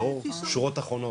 ברור, בשורות אחרונות.